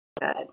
good